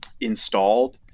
installed